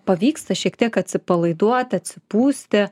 pavyksta šiek tiek atsipalaiduoti atsipūsti